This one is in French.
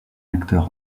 acteur